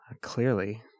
Clearly